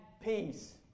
peace